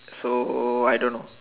so I don't know